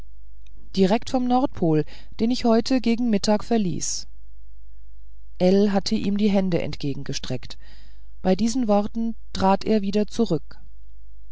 direkt vom nordpol den ich heute gegen mittag verließ ell hatte ihm die hände entgegengestreckt bei diesen worten trat er wieder zurück